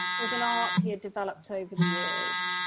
was an art he had developed over the years,